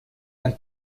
ein